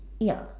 ya